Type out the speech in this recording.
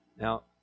Now